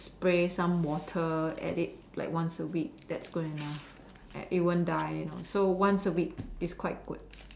spray some water at it like once a week that's good enough it won't die you know so once a week it's quite good